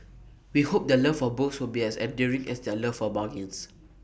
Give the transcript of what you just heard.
we hope their love for books will be as enduring as their love for bargains